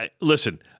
listen –